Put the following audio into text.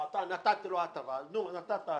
אתה נתת לו הטבה, אז נתת הטבה.